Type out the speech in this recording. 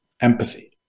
empathy